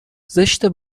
زشته